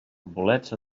bolets